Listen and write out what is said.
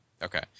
Okay